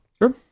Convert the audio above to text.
Sure